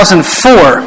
2004